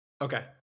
Okay